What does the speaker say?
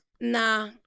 Nah